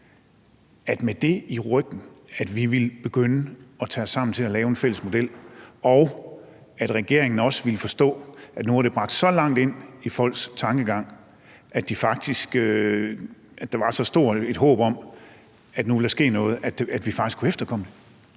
vi med det i ryggen ville begynde at tage os sammen til at lave en fælles model, og at regeringen også ville forstå, at det nu var bragt så langt ind i folks tankegang, at der var så stort et håb om, at der nu ville ske noget, og at vi faktisk kunne efterkomme det?